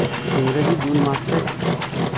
ᱤᱝᱨᱮᱡᱤ ᱡᱩᱱ ᱢᱟᱥ ᱥᱮᱫ